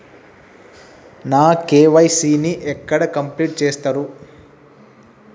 నా కే.వై.సీ ని ఎక్కడ కంప్లీట్ చేస్తరు?